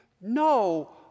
No